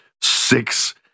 six